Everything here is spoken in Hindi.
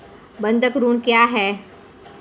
बंधक ऋण क्या है?